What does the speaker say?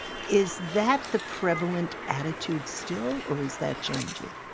is that the prevalent attitude still, or is that changing?